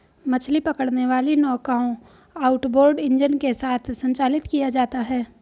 मछली पकड़ने वाली नौकाओं आउटबोर्ड इंजन के साथ संचालित किया जाता है